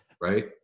right